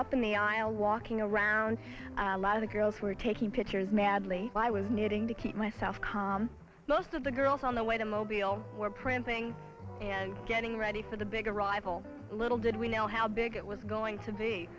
up in the aisle walking around a lot of the girls were taking pictures madly i was knitting to keep myself calm most of the girls on the way to mobile were prancing and getting ready for the big arrival little did we know how big it was going to be